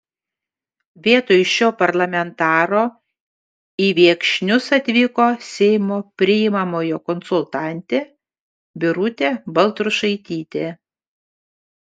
vietoj šio parlamentaro į viekšnius atvyko seimo priimamojo konsultantė birutė baltrušaitytė